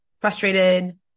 frustrated